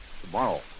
tomorrow